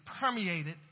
permeated